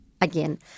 again